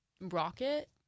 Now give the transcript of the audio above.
rocket